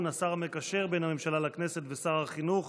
השר המקשר בין הממשלה לכנסת ושר החינוך